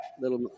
Little